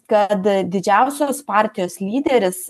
kad didžiausios partijos lyderis